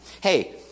Hey